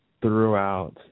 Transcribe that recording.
throughout